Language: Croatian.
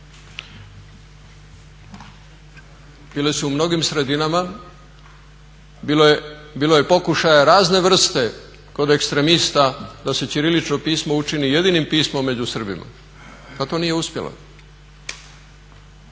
Bile su u mnogim sredinama. Bilo je pokušaja razne vrste kod ekstremista da se ćirilično pismo učini jedinim pismom među Srbima, a to nije uspjela